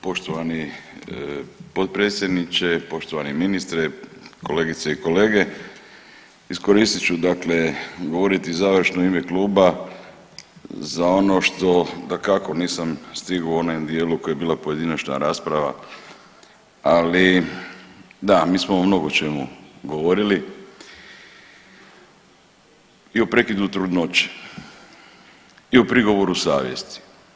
Poštovani potpredsjedniče, poštovani ministre, kolegice i kolege iskoristit ću dakle govoriti završno u ime kluba za ono što dakako nisam stigao u onom dijelu koji je bila pojedinačna rasprava, ali da mi smo o mnogočemu govorili i o prekidu trudnoće i o prigovoru savjesti.